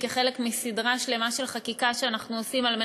כחלק מסדרה שלמה של חקיקה שאנחנו עושים כדי